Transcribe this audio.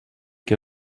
que